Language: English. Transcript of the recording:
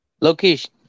location